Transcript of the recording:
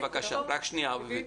אביבית.